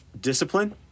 discipline